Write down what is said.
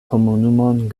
komunumon